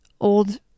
old